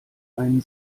einen